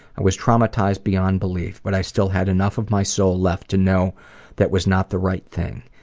i was traumatized beyond belief but i still had enough of my soul left to know that was not the right thing.